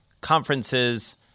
conferences